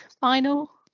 final